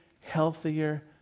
healthier